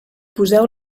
poseu